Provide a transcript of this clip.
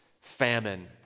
famine